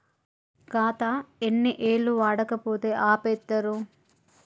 ఖాతా ఎన్ని ఏళ్లు వాడకపోతే ఆపేత్తరు?